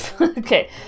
Okay